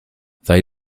they